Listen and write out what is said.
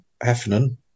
Heffernan